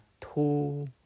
two